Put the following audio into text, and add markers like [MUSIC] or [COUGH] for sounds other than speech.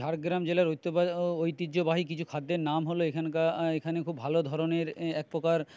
ঝাড়গ্রাম জেলার [UNINTELLIGIBLE] ঐতিহ্যবাহী কিছু খাদ্যের নাম হলো এখানকার এখানে খুব ভালো ধরনের একপ্রকার